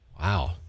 wow